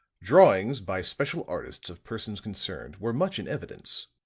drawings, by special artists of persons concerned, were much in evidence,